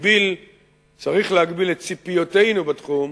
צריך להגביל את ציפיותינו בתחום,